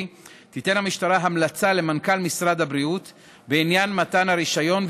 תיתן המשטרה המלצה למנכ"ל משרד הבריאות בעניין מתן הרישיון,